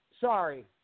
sorry